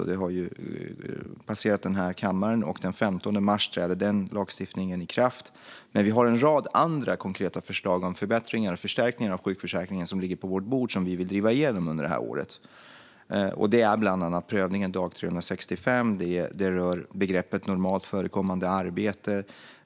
Detta har ju passerat den här kammaren, och den 15 mars träder lagstiftningen i kraft. Vi har också en rad andra konkreta förslag på förbättringar och förstärkningar av sjukförsäkringen som ligger på vårt bord och som vi vill driva igenom under det här året. Det rör bland annat prövningen vid dag 365 och begreppet "normalt förekommande arbete".